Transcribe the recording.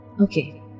Okay